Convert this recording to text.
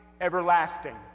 everlasting